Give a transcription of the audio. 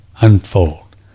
unfold